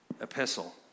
epistle